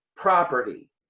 property